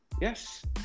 Yes